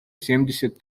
семьдесят